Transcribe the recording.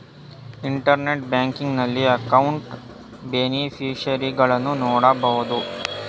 internet banking ನಲ್ಲಿ ಅಕೌಂಟ್ನ ಬೇನಿಫಿಷರಿಗಳನ್ನು ನೋಡಬೋದು